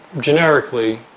generically